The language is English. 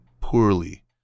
poorly